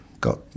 got